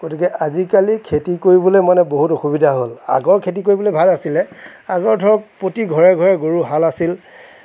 গতিকে আজিকালি খেতি কৰিবলৈ মানে বহুত অসুবিধা হ'ল আগৰ খেতি কৰিবলৈ ভাল আছিলে আগৰ ধৰক প্ৰতি ঘৰে ঘৰে গৰুৰ হাল আছিল